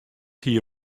hie